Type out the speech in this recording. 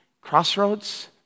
Crossroads